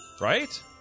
Right